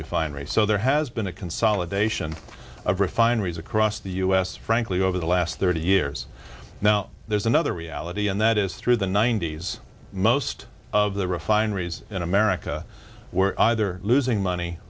refinery so there has been a consolidation of refineries across the u s frankly over the last thirty years now there's another reality and that is through the ninety's most of the refineries in america were either losing money